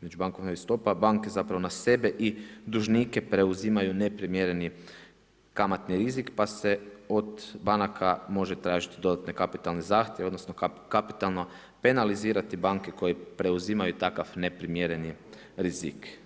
međubankovnih stopa, banke zapravo na sebe i dužnike preuzimaju neprimjereni kamatni rizik pa se od banaka može tražiti dodatne kapitalne zahtjeve odnosno kapitalno penalizirati banke koje preuzimaju takav neprimjereni rizik.